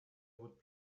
would